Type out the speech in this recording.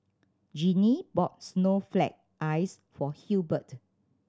Ginny bought snowflake ice for Hubert